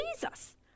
Jesus